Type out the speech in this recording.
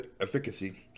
Efficacy